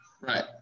Right